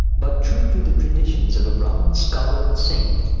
but true to the traditions of brahmin scholar and saint,